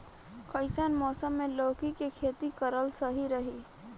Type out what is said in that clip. कइसन मौसम मे लौकी के खेती करल सही रही?